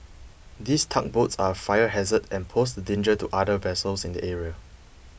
these tugboats are a fire hazard and pose a danger to other vessels in the area